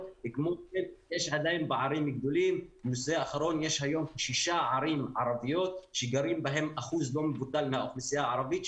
יש היום שש ערים ערביות שגרים בהן אחוז לא מבוטל מאוכלוסייה הערבית,